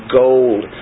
gold